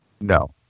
No